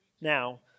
Now